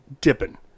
dipping